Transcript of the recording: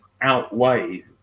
outweigh